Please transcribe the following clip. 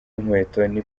inkweto